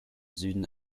süden